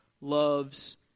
loves